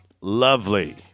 lovely